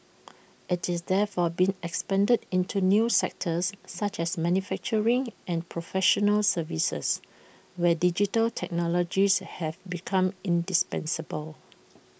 IT is therefore being expanded into new sectors such as manufacturing and professional services where digital technologies have become indispensable